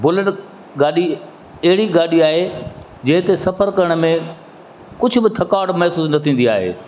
bullet गाॾी अहिड़ी गाॾी आहे जे ते सफ़र करण में कुझु बि थकावटु महिसूसु न थींदी आहे